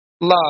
Love